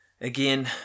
Again